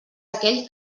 aquell